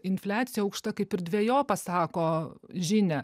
infliacija aukšta kaip ir dvejopą sako žinią